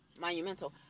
monumental